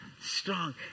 strong